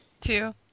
two